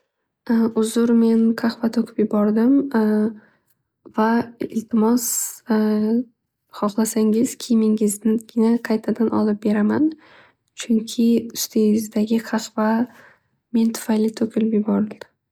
Uzur men qahva to'kib yubordim va iltimos hohlasangiz kiymingizni qaytadan olib beraman. Chunki qahva men tufayli to'kilib yuborildi.